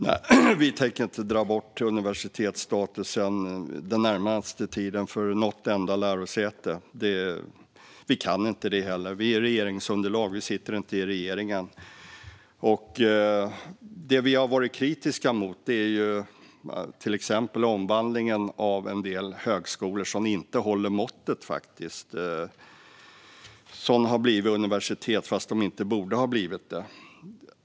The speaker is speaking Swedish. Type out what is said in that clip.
Fru talman! Vi tänker inte dra bort universitetsstatusen den närmaste tiden för något enda lärosäte. Vi kan heller inte det. Vi är regeringsunderlag, vi sitter inte i regeringen. Det vi har varit kritiska mot är till exempel omvandlingen av en del högskolor som inte håller måttet. De har blivit universitet fast de inte borde ha blivit det.